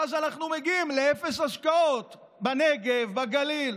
ואז אנחנו מגיעים לאפס השקעות בנגב, בגליל.